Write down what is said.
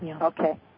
Okay